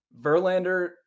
Verlander